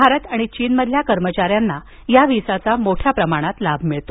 भारत आणि चीनमधील कर्मचाऱ्यांना या व्हिसाचा मोठ्या प्रमाणात लाभ मिळतो